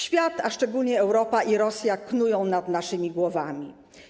Świat, a szczególnie Europa i Rosja, knują nad naszymi głowami.